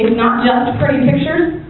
just pretty pictures,